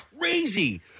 crazy